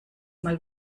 mal